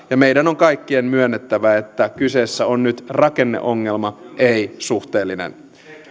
ja meidän on kaikkien myönnettävä että kyseessä on nyt rakenneongelma ei suhteellinen